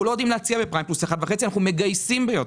לא יודעים להציע בפריים פלוס 1.5% כי אנחנו מגייסים ביותר,